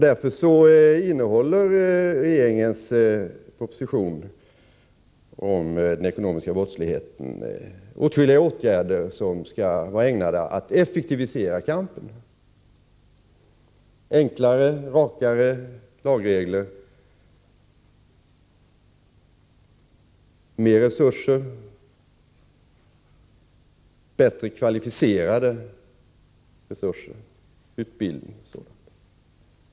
Därför innehåller regeringens proposition om den ekonomiska brottsligheten åtskilliga åtgärder som är ägnade att effektivisera kampen: enklare och rakare lagregler, mera resurser, bättre kvalificerade resurser samt utbildning.